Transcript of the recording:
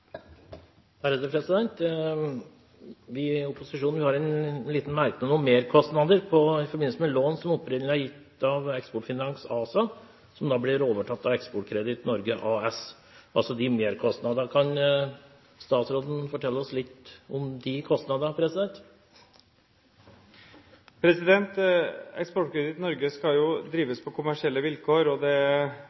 Vi i opposisjonen har en liten merknad om merkostnader i forbindelse med lån som opprinnelig er gitt av Eksportfinans ASA, som da blir overtatt av Eksportkreditt Norge AS. Kan statsråden fortelle oss litt om de kostnadene? Eksportkreditt Norge skal jo drives på kommersielle vilkår, og det er